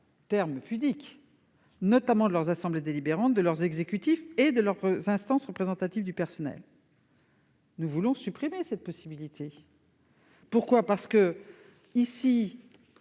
terme pudique -de leurs assemblées délibérantes, de leurs exécutifs et de leurs instances représentatives du personnel. Nous voulons supprimer cette possibilité. Plusieurs d'entre